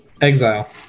Exile